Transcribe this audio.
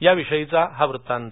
याविषयीचा हा वृत्तांत